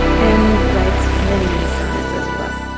and writes many many sonnets as well.